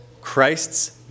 Christ's